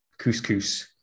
couscous